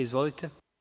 Izvolite.